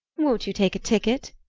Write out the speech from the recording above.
won't you take a ticket?